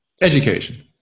Education